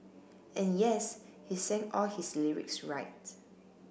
and yes he sang all his lyrics right